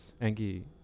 Angie